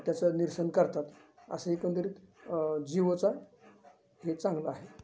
त्याचं निरसन करतात असं एकंदरीत जिओचा हे चांगलं आहे